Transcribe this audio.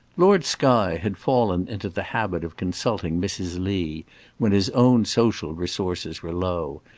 lord skye had fallen into the habit of consulting mrs. lee when his own social resources were low,